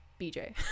bj